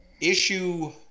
issue